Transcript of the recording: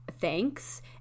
thanks